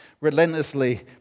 relentlessly